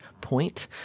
point